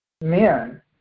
men